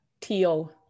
Teal